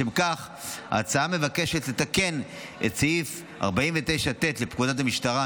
לשם כך ההצעה מבקשת לתקן את סעיף 49(ט) לפקודת המשטרה ,